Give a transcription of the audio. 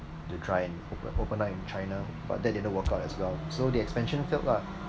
to try and open open up in China but that didn't work out as well so the expansion failed lah